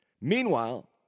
Meanwhile